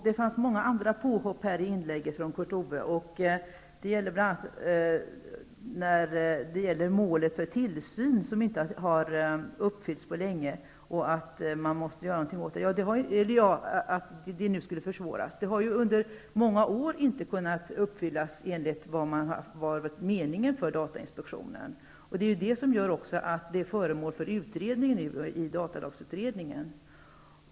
Det fanns många andra påhopp i Kurt Ove Johanssons inlägg, bl.a. att målet för tillsyn inte har uppfyllts på länge och att möjligheterna att uppnå det nu skulle försvåras. Det har inte kunnat uppfyllas under många år på det sätt som var meningen med datainspektionen. Det gör också att frågan nu är föremål för utredning i datalagsutredningen.